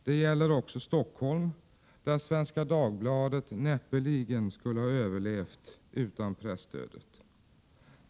Det gäller också Stockholm, där Svenska Dagbladet näppeligen skulle ha överlevt utan presstödet.